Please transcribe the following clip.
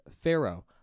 Pharaoh